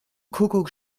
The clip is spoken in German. kuckuck